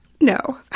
no